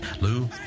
Lou